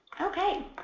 Okay